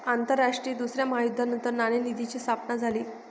आंतरराष्ट्रीय दुसऱ्या महायुद्धानंतर नाणेनिधीची स्थापना झाली